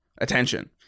attention